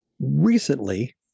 Recently